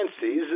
fancies